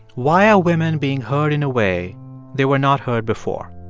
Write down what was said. why are women being heard in a way they were not heard before?